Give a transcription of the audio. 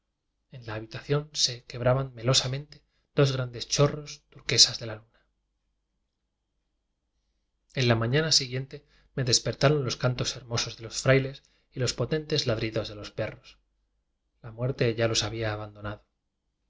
en la habita ción se quebraban melosamente dos gran des chorros turquesa de la luna en la mañana siguiente me despertaron los cantos hermosos de los frailes y los po tentes ladridos de los perros la muerte ya los había abandonado